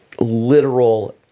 literal